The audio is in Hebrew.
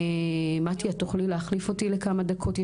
מטי, תוכלי להחליף אותי לכמה דקות?